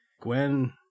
Gwen